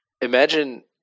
Imagine